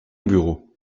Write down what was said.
bureau